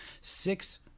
six